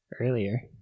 earlier